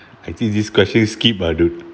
I think this question skip ah dude